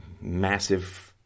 massive